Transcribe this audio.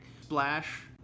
Splash